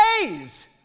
days